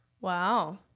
Wow